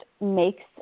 makes